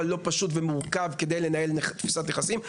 לא פשוט ומאוד מורכב לנהל תפיסת נכסים.